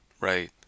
right